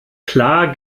klar